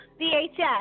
VHS